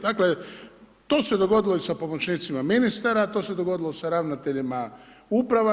Dakle, to se dogodilo i sa pomoćnicima ministra, to se dogodilo sa ravnateljima uprave.